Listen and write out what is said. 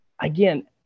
again